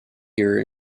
here